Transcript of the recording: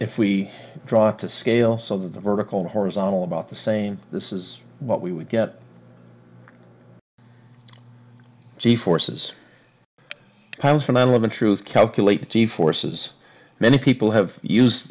if we draw it to scale so that the vertical horizontal about the same this is what we would get g forces house for nine eleven truth calculate g forces many people have used